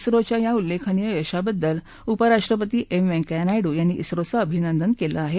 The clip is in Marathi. झोच्या या उल्लेखनीय यशाबद्दल उपराष्ट्रपती एम व्यंकय्या नायडू यांनी झोचं अभिनंदन केलं आहे